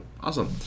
awesome